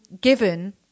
given